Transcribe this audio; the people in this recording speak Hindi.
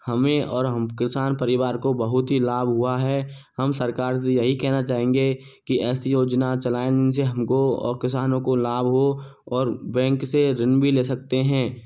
हमें और हम किसान परिवार को बहुत ही लाभ हुआ है हम सरकार से यही कहना चाहेंगे कि ऐसी योजना चलाएं जिनसे हमको और किसानो को लाभ हो और बैंक से ऋण भी ले सकते हैं